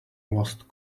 lost